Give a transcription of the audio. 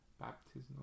baptismal